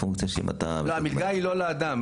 המלגה היא לא לאדם,